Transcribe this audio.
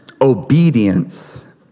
obedience